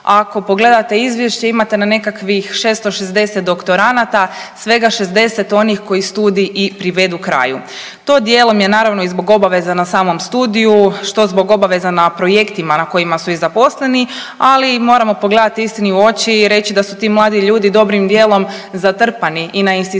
Ako pogledate izvješće imate na nekakvih 660 doktoranata, svega 60 onih koji studij i privedu kraju. To dijelom je naravno i zbog obaveza na samom studiju, što zbog obaveza na projektima na kojima su i zaposleni, ali moramo pogledati istini u oči i reći da su ti mladi ljudi dobrim dijelom zatrpani i na institucijama